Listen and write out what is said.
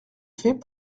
fais